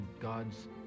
God's